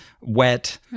wet